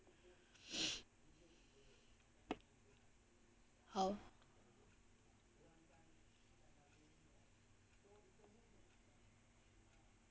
how